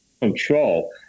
control